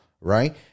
right